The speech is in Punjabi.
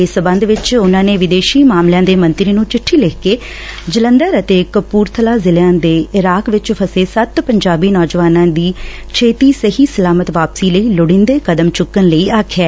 ਇਸ ਸੰਬੰਧ ਵਿਚ ਉਨਾਂ ਨੇ ਵਿਦੇਸ਼ੀ ਮਾਮਲਿਆਂ ਦੇ ਮੰਤਰੀ ਨੂੰ ਚਿੱਠੀ ਲਿਖ ਕੇ ਜਲੰਧਰ ਅਤੇ ਕਪੁਰਬਲਾ ਜ਼ਿਲਿਆਂ ਦੇ ਇਰਾਕ ਵਿਚ ਫਸੇ ਸੱਤ ਪੰਜਾਬੀ ਨੌਜਵਾਨਾਂ ਦੀ ਛੇਤੀ ਸਹੀ ਸਲਾਮਤ ਵਾਪਸੀ ਲਈ ਲੋੜੀਦੇ ਕਦਮ ਚੁੱਕਣ ਲਈ ਆਖਿਐ